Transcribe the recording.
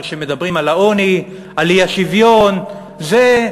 אבל כשמדברים על העוני, על האי-שוויון, זה,